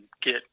get